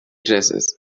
dresses